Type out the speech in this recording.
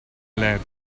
lead